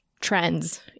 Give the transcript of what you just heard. trends